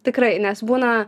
tikrai nes būna